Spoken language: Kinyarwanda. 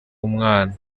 umwana